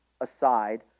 aside